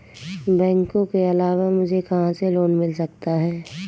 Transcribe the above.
बैंकों के अलावा मुझे कहां से लोंन मिल सकता है?